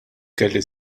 kelli